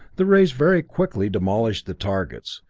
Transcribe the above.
the rays very quickly demolished the targets,